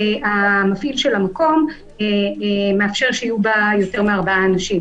המפעיל של המקום מאפשר שיהיו בה יותר מ-4 אנשים,